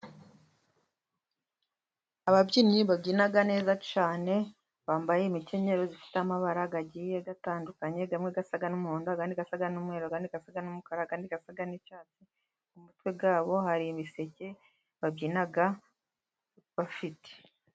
Ababyinnyi babyina neza cyane, bambaye imikenyero ifite amabara agiye atandukanye, amwe asa n'umuhondo ayandi asa n'umweru, ayandi asa n'umukara ayandi asa n'icyatsi, mu mutwe wabo hari ibiseke babyina bafite.